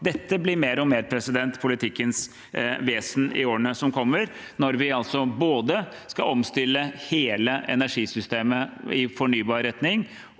Dette blir mer og mer politikkens vesen i årene som kommer, når vi skal både omstille hele energisystemet i fornybar retning